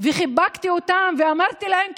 ושחיבקתי אותם ואמרתי להם: